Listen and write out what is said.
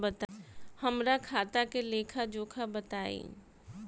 हमरा खाता के लेखा जोखा बताई?